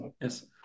yes